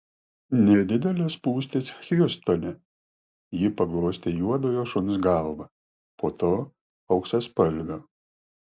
nedidelės spūstys hjustone ji paglostė juodojo šuns galvą po to auksaspalvio